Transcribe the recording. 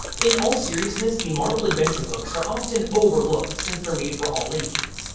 in all seriousness, the marvel adventure books are often overlooked since they're made for all ages,